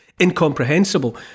incomprehensible